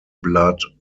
blood